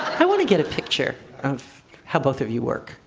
i want to get a picture of how both of you work.